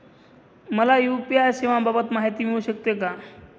मला यू.पी.आय सेवांबाबत माहिती मिळू शकते का?